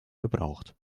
gebraucht